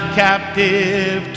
captive